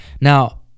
Now